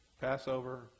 Passover